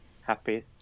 happy